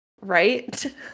right